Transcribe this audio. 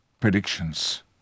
predictions